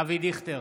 אבי דיכטר,